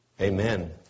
Amen